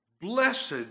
Blessed